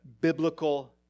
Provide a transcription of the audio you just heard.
biblical